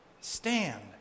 Stand